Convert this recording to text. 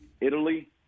Italy